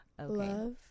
Love